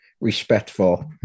respectful